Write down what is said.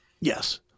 Yes